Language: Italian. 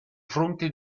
fronte